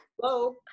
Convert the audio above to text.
hello